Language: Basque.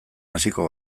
hasiko